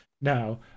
now